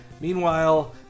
Meanwhile